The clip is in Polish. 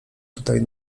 tutaj